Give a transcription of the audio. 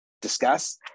discuss